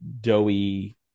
doughy